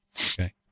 Okay